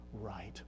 right